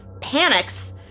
Panics